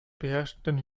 beherrschende